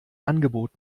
angebot